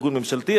ארגון ממשלתי,